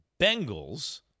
Bengals